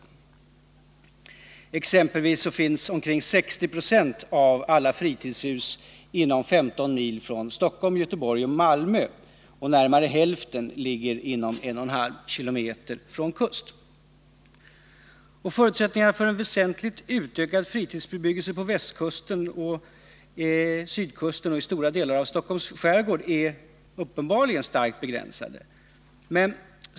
11 december 1979 Exempelvis finns omkring 60 96 av alla fritidshus inom 15 mil från Stockholm, Göteborg och Malmö, och närmare hälften ligger inom 1,5 km Den fysiska riksfrån kust. Förutsättningarna för en väsentlig utökning av fritidsbebyggelsen planeringen på västkusten och på sydkusten och i stora delar av Stockholms skärgård är uppenbarligen starkt begränsade.